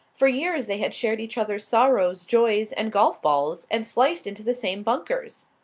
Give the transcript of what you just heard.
for years they had shared each other's sorrows, joys, and golf-balls, and sliced into the same bunkers.